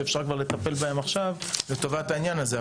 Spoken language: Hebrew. כשאפשר כבר לטפל בהם עכשיו לטובת העניין הזה?